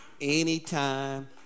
anytime